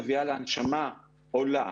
מביאה להנשמה עולה,